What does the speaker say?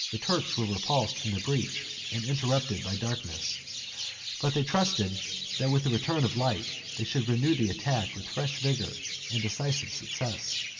the turks were repulsed from the breach, and interrupted by darkness but they trusted that with the return of light they should renew the attack with fresh vigor and decisive success.